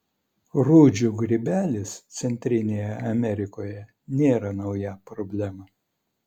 rūdžių grybelis centrinėje amerikoje nėra nauja problema